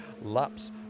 laps